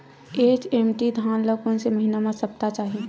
HMT धान ल कोन से महिना म सप्ता चाही?